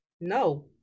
No